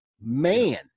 man